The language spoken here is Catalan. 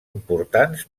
importants